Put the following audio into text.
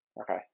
Okay